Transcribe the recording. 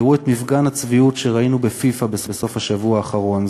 תראו את מפגן הצביעות שראינו בפיפ"א בסוף השבוע האחרון,